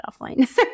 offline